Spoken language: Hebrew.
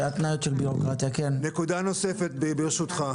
נקודה נוספת, ברשותך.